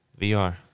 vr